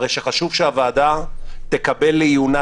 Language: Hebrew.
הרי שחשוב שהוועדה תקבל לעיונה,